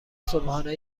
صبحانه